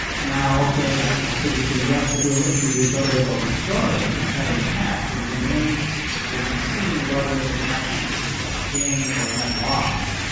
now okay, i suppose you could say yes, it will introduce others or restore others that we've had in the past, and it remains to be seen whether it's a net gain or a net loss.